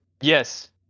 Yes